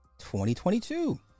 2022